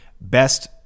Best